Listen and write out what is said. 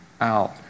out